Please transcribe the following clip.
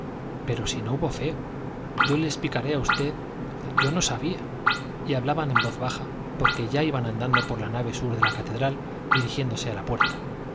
pero si no hubo feo yo le explicaré a v yo no sabía y hablaban en voz baja porque ya iban andando por la nave sur de la catedral dirigiéndose a la puerta